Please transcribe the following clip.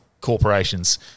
corporations